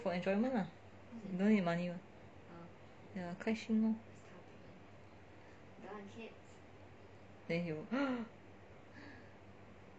for enjoyment lah no need money [one] ya 开心咯 then you